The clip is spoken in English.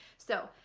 so